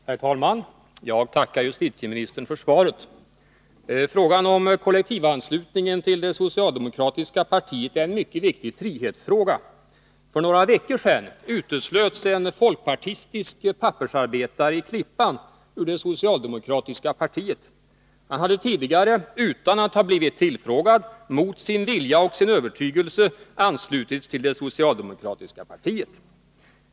Herr talman! Jag tackar justitieministern för svaret. Frågan om kollektivanslutningen till det socialdemokratiska partiet är en mycket viktig frihetsfråga. För några veckor sedan uteslöts en folkpartistisk pappersarbetare i Klippan ur det socialdemokratiska partiet. Han hade tidigare, utan att ha blivit tillfrågad, mot sin vilja och sin övertygelse anslutits till det socialdemokratiska partiet.